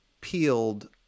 peeled